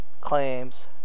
claims